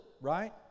right